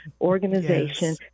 organization